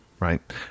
right